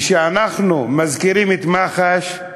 וכשאנחנו מזכירים את מח"ש,